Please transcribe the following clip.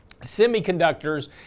semiconductors